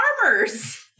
Farmers